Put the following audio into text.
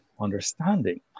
understanding